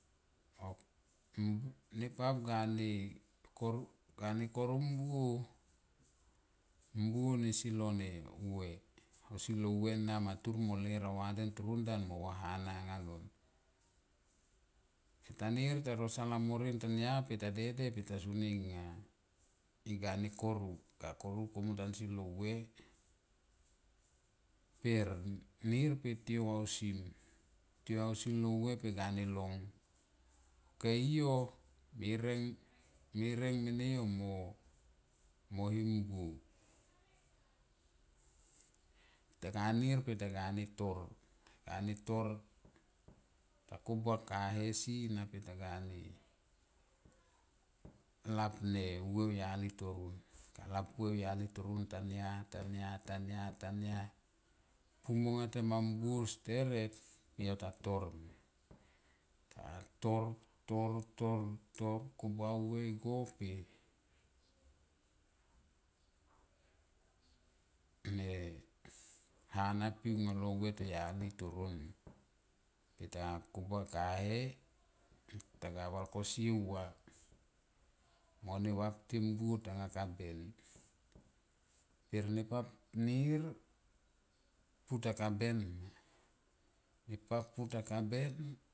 Nepap ga ne koru, ga ne koru mbuo mbuo nesi lo ne vue ausi lo vue nama tur mo ler auva dan toro ndan mo va aha na nga lon tanir ta rosal amorien tani ya pe ta dede pe ta soni nga e ga koru, ga koru tansi lo vue per nir tiou ausi lo vue pe ga ne long ok yo mereng mereng me ne yo mo him mbuo. Ta ga nir pe ta ga ne tor, ta ga ne tor ta kombua ne kahe si na pe ta ga lap ne vue au yali toron ta lap uve au yali toron tania, tania, tania, tania pu monga tema mbuo steret yo ta tor, tor, tor, tor, tor kombua vue igo per ne hana pi aunge lo vue to yali toron pe ta ga kombua kahe ta ga valko sie mo ne vapte mbuo tanga ka ben per nepap nir puta ka ben, nepap puta ka ben.